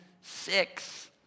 six